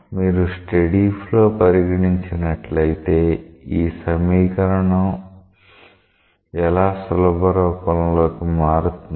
మీరు steady flow పరిగణించినట్లయితే ఈ సమీకరణం ఎలా సులభ రూపంలోకి మారుతుంది